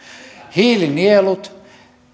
hiilinielut